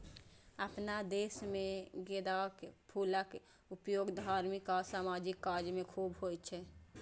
अपना देश मे गेंदाक फूलक उपयोग धार्मिक आ सामाजिक काज मे खूब होइ छै